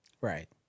Right